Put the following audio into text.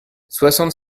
soixante